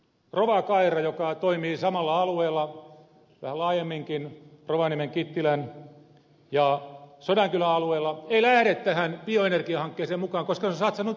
rovakaira joka toimii samalla alueella vähän laajemminkin rovaniemen kittilän ja sodankylän alueella ei lähde tähän bioenergiahankkeeseen mukaan koska se on satsannut ydinvoimaan